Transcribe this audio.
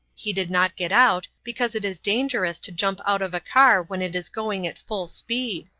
he did not get out, because it is dangerous to jump out of a car when it is going at full speed.